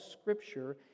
scripture